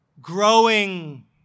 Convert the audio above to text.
growing